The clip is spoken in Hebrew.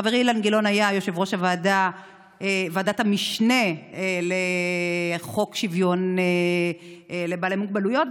חברי אילן גילאון היה יושב-ראש ועדת המשנה לחוק שוויון לבעלי מוגבלויות,